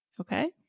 Okay